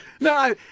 No